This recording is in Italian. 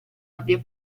abbia